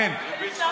פינדרוס,